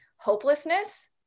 Hopelessness